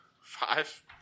Five